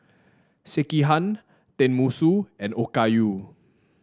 Sekihan Tenmusu and Okayu